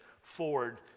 forward